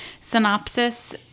synopsis